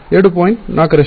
4 ರಷ್ಟಿದೆ